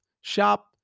shop